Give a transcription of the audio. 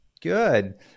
good